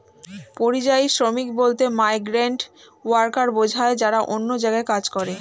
পরিযায়ী শ্রমিক বলতে মাইগ্রেন্ট ওয়ার্কার বোঝায় যারা অন্য জায়গায় কাজ করে